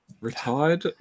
retired